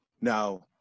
Now